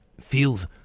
feels